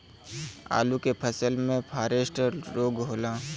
आलू के फसल मे फारेस्ट रोग होला?